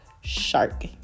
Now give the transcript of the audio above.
shark